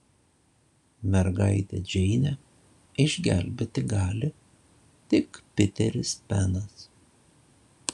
mergaitę džeinę išgelbėti gali tik piteris penas